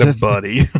buddy